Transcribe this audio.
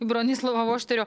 bronislavo vošterio